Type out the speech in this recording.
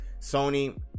Sony